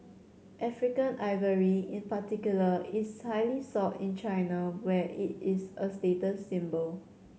African ivory in particular is highly sought in China where it is a status symbol